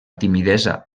timidesa